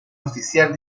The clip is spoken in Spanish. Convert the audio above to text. oficial